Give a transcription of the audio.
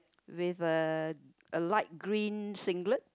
with a light green singlet